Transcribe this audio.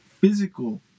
physical